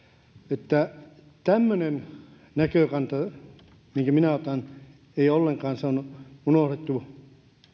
että tämmöinen näkökanta minkä minä otan se on unohdettu